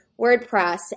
WordPress